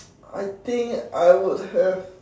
I think I would have